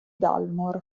dalmor